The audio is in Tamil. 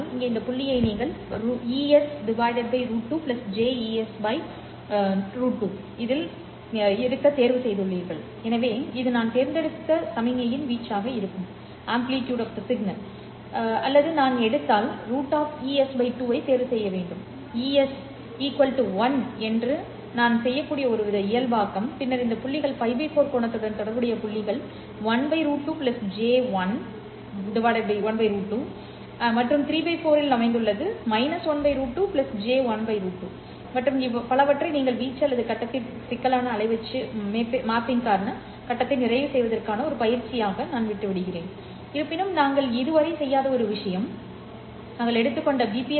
இங்கே இந்த புள்ளியை நீங்கள் Es √2 jEs √2 இல் இருக்க தேர்வு செய்துள்ளீர்கள் எனவே இது நான் தேர்ந்தெடுத்த சமிக்ஞையின் வீச்சாக இருக்கும் அல்லது நான் எடுத்தால் √Es 2 ஐ தேர்வு செய்ய வேண்டும் Es 1 நான் செய்யக்கூடிய ஒருவித இயல்பாக்கம் பின்னர் இந்த புள்ளிகள் Л 4 கோணத்துடன் தொடர்புடைய புள்ளிகள் 1 √2 j1 √2 மற்றும் 3Л 4 இல் அமைந்துள்ளது 1 √2 j1 √2 மற்றும் பலவற்றை நீங்கள் வீச்சு அல்லது கட்டத்தை சிக்கலான அலைவீச்சு மேப்பிங்கிற்கான கட்டத்தை நிறைவு செய்வதற்கான ஒரு பயிற்சியாக நான் விட்டுவிடுவேன் இருப்பினும் நாங்கள் இதுவரை செய்யாத ஒரு விஷயம் நாங்கள் எடுத்துக்கொண்ட பிபிஎஸ்